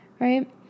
right